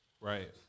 right